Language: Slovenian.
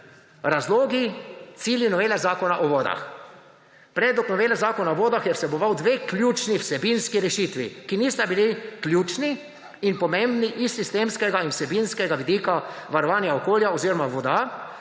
razlogi, cilji novele Zakona o vodah. Predlog novele Zakona o vodah je vseboval dve ključni vsebinski rešitvi, ki nista bili ključni in pomembni iz sistemskega in vsebinskega vidika varovanja okolja oziroma voda,